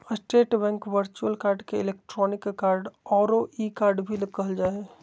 state Bank virtual card के electronic card औरो e card भी कहल जा हइ